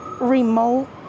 remote